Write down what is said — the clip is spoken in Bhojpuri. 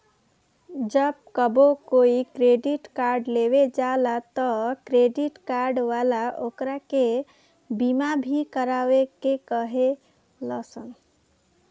जब कबो कोई क्रेडिट कार्ड लेवे जाला त क्रेडिट कार्ड वाला ओकरा के बीमा भी करावे के कहे लसन